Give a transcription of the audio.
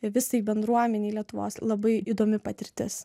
visai bendruomenei lietuvos labai įdomi patirtis